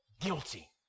guilty